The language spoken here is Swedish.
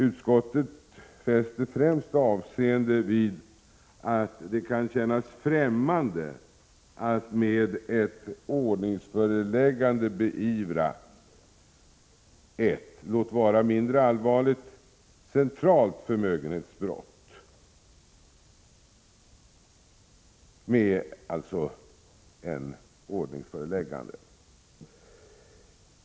Utskottet fäster främst avseende vid att det kan kännas främmande att med ett ordningsföreläggande beivra ett — låt vara mindre allvarligt — centralt förmögenhetsbrott.